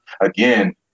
again